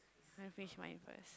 let me finish mine first